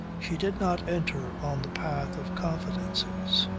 she did not enter on the path of confidences.